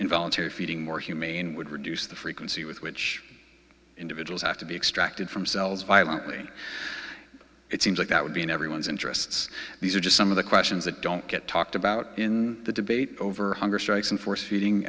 involuntary feeding more humane would reduce the frequency with which individuals have to be extracted from cells violently it seems like that would be in everyone's interests these are just some of the questions that don't get talked about in the debate over hunger strikes and force feeding